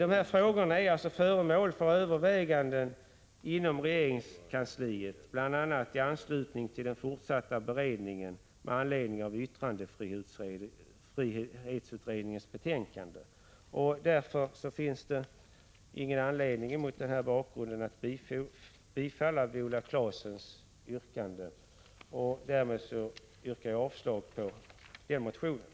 Dessa frågor är alltså föremål för överväganden inom regeringskansliet, bl.a. i anslutning till den fortsatta beredningen med anledning av yttrandefrihetsutredningens betänkande. Mot denna bakgrund finns det inte någon anledning att bifalla Viola Claessons yrkanden. Därmed yrkar jag avslag på den motionen.